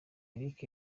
eric